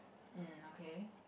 mm okay